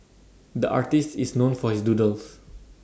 the artist is known for his doodles